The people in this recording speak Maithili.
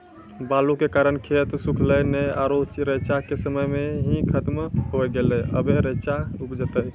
बालू के कारण खेत सुखले नेय आरु रेचा के समय ही खत्म होय गेलै, अबे रेचा उपजते?